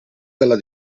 della